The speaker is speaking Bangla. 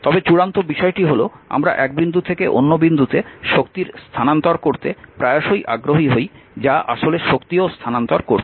তবে চূড়ান্ত বিষয়টি হল আমরা এক বিন্দু থেকে অন্য বিন্দুতে শক্তির স্থানান্তর করতে প্রায়শই আগ্রহী হই যা আসলে শক্তিও স্থানান্তর করছে